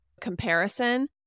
comparison